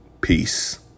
Peace